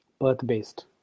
birth-based